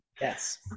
Yes